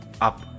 up